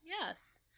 Yes